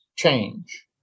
change